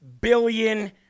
billion